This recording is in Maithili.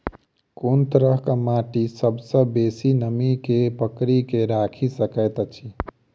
कोन तरहक माटि सबसँ बेसी नमी केँ पकड़ि केँ राखि सकैत अछि?